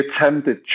attempted